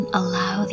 allow